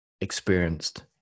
experienced